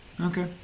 Okay